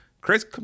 Chris